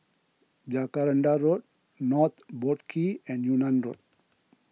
Jacaranda Road North Boat Quay and Yunnan Road